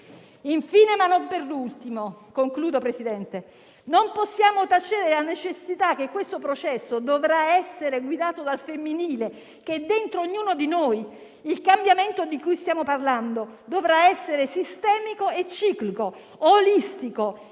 Infine, ma non per ultimo, signor Presidente, non possiamo tacere la necessità che questo processo dovrà essere guidato dal femminile che è dentro ognuno di noi. Il cambiamento di cui stiamo parlando dovrà essere sistemico e ciclico, olistico e